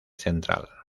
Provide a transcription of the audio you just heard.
central